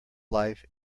life